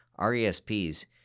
RESPs